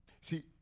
See